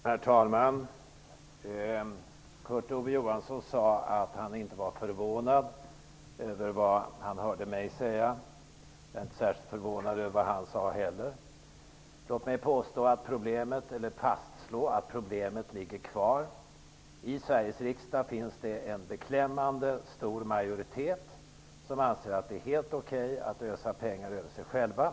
Herr talman! Kurt Ove Johansson sade att han inte var förvånad över vad han hörde mig säga. Jag är inte heller särskilt förvånad över vad han sade. Låt mig fastslå att problemet ligger kvar. I Sveriges riksdag finns det en beklämmande stor majoritet som anser att det är helt okej att ösa pengar över sig själv.